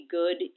good